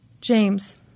James